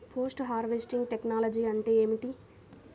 Post harvest technology అంటే ఏమిటి?